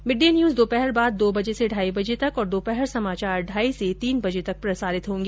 mid day news दोपहर बाद दो बजे से ढाई बजे तक और दोपहर समाचार ढाई बजे से तीन बजे तक प्रसारित होगा